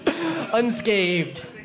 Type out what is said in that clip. unscathed